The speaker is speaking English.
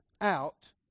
out